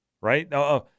Right